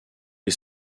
les